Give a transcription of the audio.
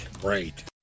Great